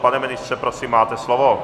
Pane ministře, prosím, máte slovo.